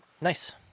Nice